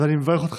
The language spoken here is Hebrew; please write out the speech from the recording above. אז אני מברך אותך,